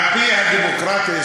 על-פי הדמוקרטיה,